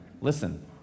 Listen